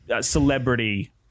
celebrity